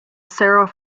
sarah